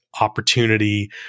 opportunity